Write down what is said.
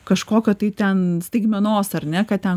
kažkokio tai ten staigmenos ar ne kad ten